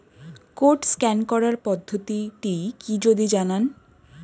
Code scan করার পদ্ধতিটি কি যদি জানান?